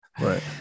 Right